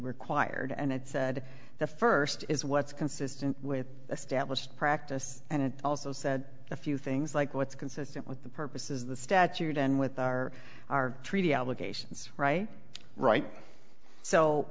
required and it said the first is what's consistent with established practice and also said a few things like what's consistent with the purposes of the statute and with our our treaty obligations right right so